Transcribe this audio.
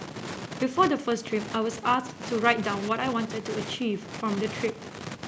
before the first trip I was asked to write down what I wanted to achieve from the trip